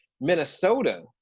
Minnesota